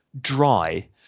dry